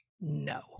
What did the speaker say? no